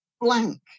blank